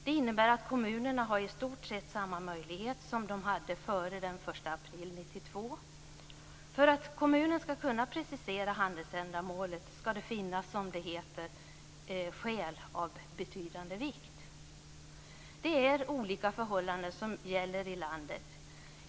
Det innebär att kommunerna i stort sett har samma möjlighet som de hade före den 1 april 1992. För att kommunen ska kunna precisera handelsändamålet ska det finnas skäl av, som det heter, betydande vikt. Det är olika förhållanden som gäller i landet.